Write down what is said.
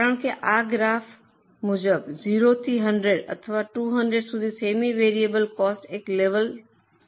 કારણ કે આ ગ્રાફ મુજબ 0 થી 100 અથવા 200 સુધી સેમી વેરિયેબલ કોસ્ટ એક લેવલ પર છે